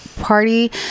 party